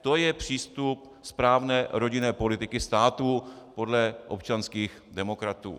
To je přístup správné rodinné politiky státu podle občanských demokratů.